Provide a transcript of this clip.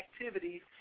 activities